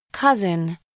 Cousin